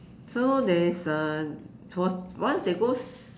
so there is a for~ once they goes